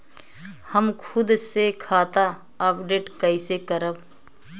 हम खुद से खाता अपडेट कइसे करब?